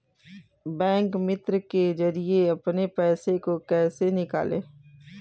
Bank मित्र के जरिए अपने पैसे को कैसे निकालें?